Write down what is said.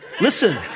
Listen